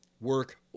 work